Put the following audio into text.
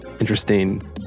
interesting